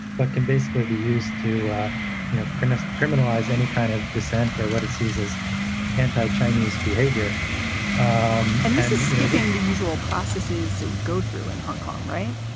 but can basically be used to you know criminalize criminalize any kind of dissent or what it sees as anti chinese behavior um and as being the usual processes it would go through in hong kong, right?